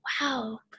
wow